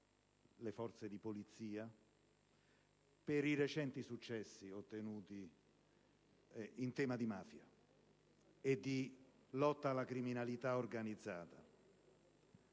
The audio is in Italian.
le forze di polizia) per i recenti successi ottenuti in tema di mafia e di lotta alla criminalità organizzata.